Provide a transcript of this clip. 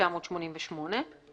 1988;";